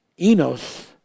Enos